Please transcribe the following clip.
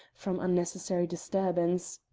from unnecessary disturbance.